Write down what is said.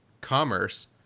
commerce